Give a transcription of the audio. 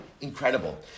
incredible